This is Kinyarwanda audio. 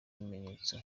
ibimenyetso